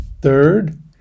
Third